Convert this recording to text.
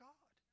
God